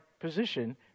position